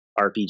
RPG